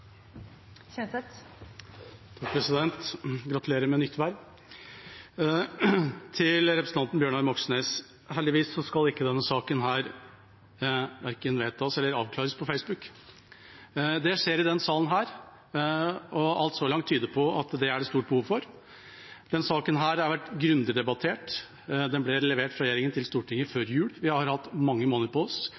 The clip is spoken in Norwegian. Gratulerer med nytt verv, president! Til representanten Bjørnar Moxnes: Heldigvis skal denne saken verken vedtas eller avklares på Facebook. Det skjer i denne salen, og alt tyder så langt på at det er det et stort behov for. Denne saken har vært grundig debattert. Den ble levert fra regjeringen til Stortinget før jul. Vi har hatt mange